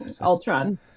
Ultron